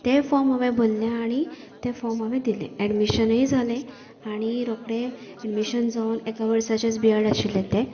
ते फॉर्म हांवेन भरले आनी ते फॉर्म हांवेन दिलेें एडमिशनय जाले आनी रोकडे एडमिशन जावन एका वर्साचेंच बी ए ड आशिल्ले ते